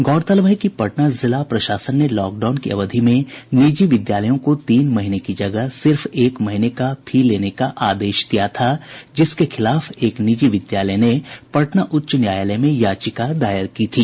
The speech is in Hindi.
गौरतलब है कि पटना जिला प्रशासन ने लॉकडाउन की अवधि में निजी विद्यालयों को तीन महीने की जगह सिर्फ एक महीने का फी लेने का आदेश दिया था जिसके खिलाफ एक निजी विद्यालय ने पटना उच्च न्यायालय में याचिका दायर की थी